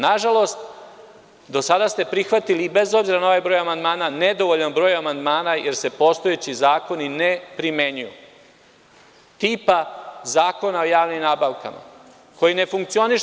Nažalost do sada ste prihvatili bez obzira na ovaj broj amandmana, nedovoljan broj amandmana, jer se postojeći zakoni ne primenjuju, tipa Zakona o javnim nabavkama, koji ne funkcioniše.